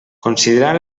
considerar